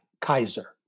Kaiser